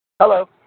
Hello